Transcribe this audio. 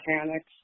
mechanics